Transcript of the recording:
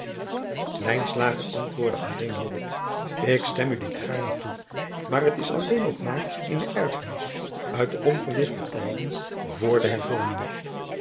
antwoordde alleen hierop k stem u dit gaarne toe maar het is alleen nog maar eene erfenis uit de onverlichte tijden vr de hervorming